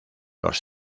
los